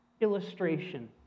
illustration